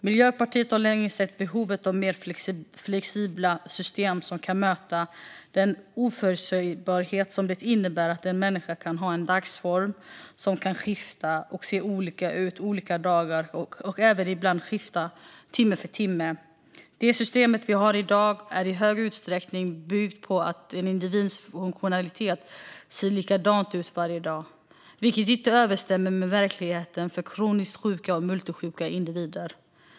Miljöpartiet har länge sett behovet av mer flexibla system som kan möta den oförutsägbarhet som det innebär att en människa kan ha en dagsform som kan skifta, se olika ut olika dagar och ibland skifta timme för timme. Det system vi har i dag bygger i hög utsträckning på att en individs funktionalitet ser likadan ut varje dag, vilket inte överensstämmer med verkligheten för kroniskt sjuka och multisjuka individer.